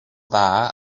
dda